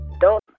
Don't-